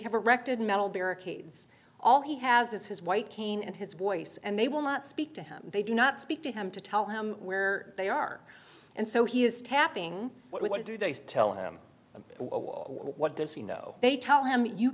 have erected metal barricades all he has is his white cane and his voice and they will not speak to him they do not speak to him to tell him where they are and so he is tapping what do they tell him what does he know they tell him you